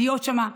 להיות שם,